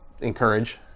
encourage